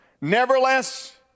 Nevertheless